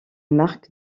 marc